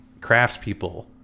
craftspeople